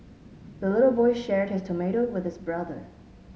the little boy shared his tomato with his brother